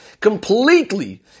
completely